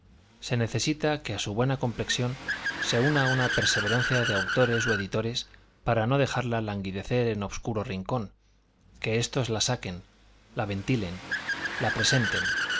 se necesita que a su buena complexión se una la perseverancia de autores o editores para no dejarla languidecer en obscuro rincón que estos la saquen la ventilen la presenten